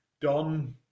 done